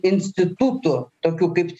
institutų tokių kaip